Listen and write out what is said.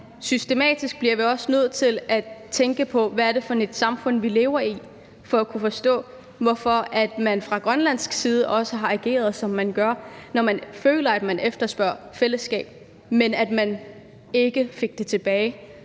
systematisk bliver nødt til også at tænke på, hvad det er for et samfund, vi lever i, for at kunne forstå, hvorfor man fra grønlandsk side har ageret, som man har gjort. Når man føler, at man har efterspurgt fællesskab, men ikke har fået det tilbage,